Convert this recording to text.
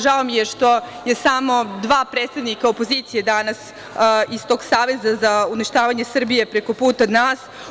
Žao mi je što su samo dva predstavnika opozicije danas iz tog saveza za uništavanje Srbije preko puta nas.